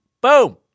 boom